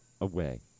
away